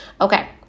Okay